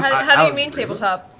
i mean, tabletop?